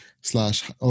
slash